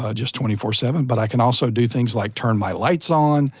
ah just twenty four seven, but i can also do things like turn my lights on,